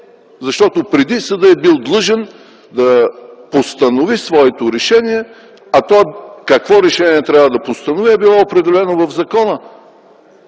Защото преди съдът е бил длъжен да постанови своето решение, а какво решение трябва да постанови е било определено в закона.